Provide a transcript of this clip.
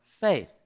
faith